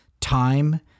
time